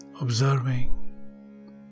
observing